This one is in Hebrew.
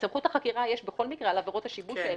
את סמכות החקירה יש בכל מקרה על עבירות השיבוש האלה.